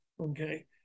Okay